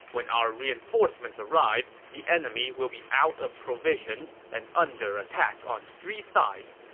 when our reinforcements arrive, the enemy will be out of provisions and under attack on three sides.